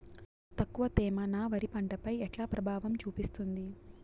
తక్కువ తేమ నా వరి పంట పై ఎట్లా ప్రభావం చూపిస్తుంది?